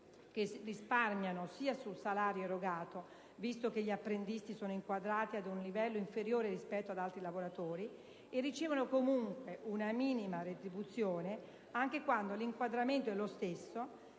che risparmiano sia sul salario erogato, visto che gli apprendisti sono inquadrati ad un livello inferiore rispetto agli altri lavoratori e ricevono comunque una minore retribuzione anche quando l'inquadramento è lo stesso,